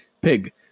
Pig